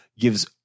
gives